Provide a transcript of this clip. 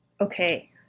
okay